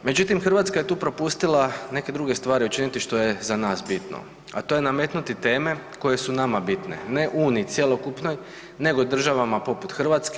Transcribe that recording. Međutim, Hrvatska je tu propustila neke druge stvari učiniti što je za nas bitno, a to je nametnuti teme koje su nama bitne, ne Uniji cjelokupnoj nego državama poput Hrvatske.